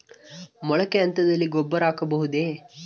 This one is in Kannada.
ಮೊಳಕೆ ಹಂತದಲ್ಲಿ ಗೊಬ್ಬರ ಹಾಕಬಹುದೇ?